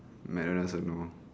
McDonald's also no